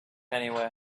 anyway